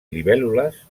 libèl·lules